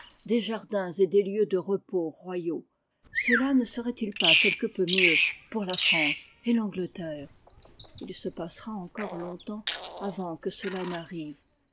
des jardins et des lieux de repos royaux cela ne serait-il pas quelque peu mieux pour la france et l'angleterre il se passera encore longtemps avant que cela n'arrive